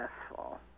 successful